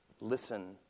Listen